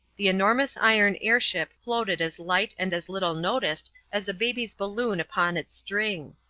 the enormous iron air-ship floated as light and as little noticed as a baby's balloon upon its string.